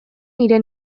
nire